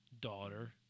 daughter